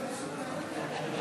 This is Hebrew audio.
חוק משק הגז הטבעי (תיקון מס'